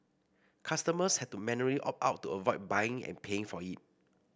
customers had to manually opt out to avoid buying and paying for it